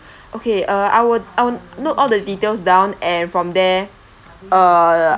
okay uh I would I would note all the details down and from there err